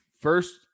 first